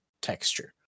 texture